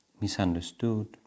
misunderstood